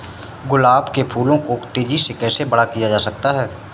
गुलाब के फूलों को तेजी से कैसे बड़ा किया जा सकता है?